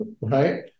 right